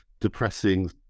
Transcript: depressing